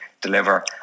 deliver